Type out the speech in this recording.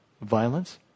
violence